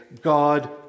God